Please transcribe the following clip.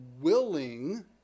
willing